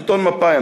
שלטון מפא"י,